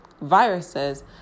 viruses